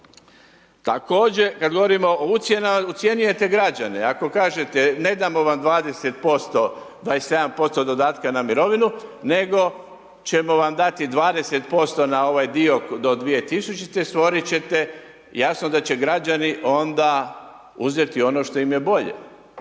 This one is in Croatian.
Također, kada govorimo, ucjenjujete građane, ako kažete nedamo vam 20%, 27% dodatka na mirovinu, nego ćemo vam dati 20% na ovaj dio do 2000. stvoriti ćete jasno, da će građani onda uzeti ono što im je bolje.